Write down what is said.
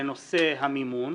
לנושא המימון,